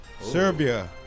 Serbia